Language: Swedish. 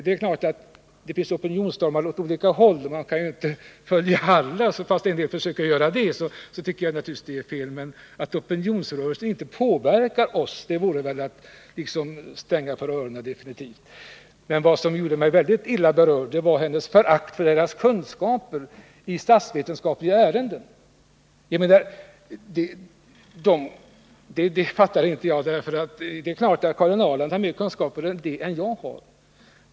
Det är klart att det finns opinionsstormar åt olika håll. Man kan inte följa alla. Fast en del försöker göra det, tycker jag naturligtvis att det är fel. Att påstå att opinionsrörelser inte påverkar oss vore väl att liksom stänga för öronen definitivt. Det som gjorde mig speciellt illa berörd var hennes förakt för opinionsbildarnas kunskaper i statsvetenskapliga ämnen. Det är klart att Karin Ahrland har större kunskaper än jag har.